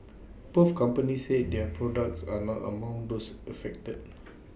both companies said their products are not among those affected